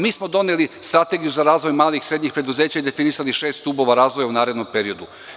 Mi smo doneli strategiju za razvoj malih i srednjih preduzeća i definisali šest stubova razvoja u narednom periodu.